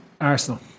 Arsenal